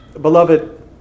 Beloved